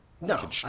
No